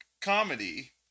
comedy